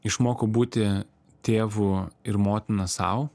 išmokau būti tėvu ir motina sau